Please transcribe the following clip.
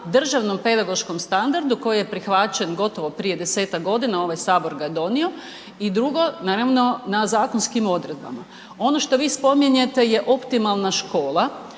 državnom pedagoškom standardu koji je prihvaćen gotovo prije 10-tak godina ovaj sabor ga je donio i drugo naravno na zakonskim odredbama. Ono što vi spominjete je optimalna škola,